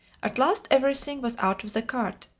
at last every thing was out of the cart,